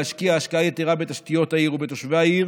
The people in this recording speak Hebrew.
להשקיע השקעה יתרה בתשתיות העיר ובתושבי העיר